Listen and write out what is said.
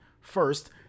First